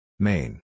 Main